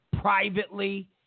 privately